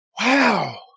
wow